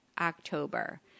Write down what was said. October